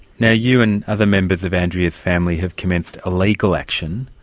yeah you and other members of andrea's family have commenced a legal action.